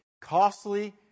costly